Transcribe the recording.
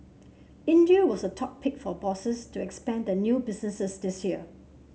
India was the top pick for bosses to expand their new businesses this year